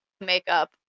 makeup